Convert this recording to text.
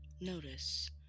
Notice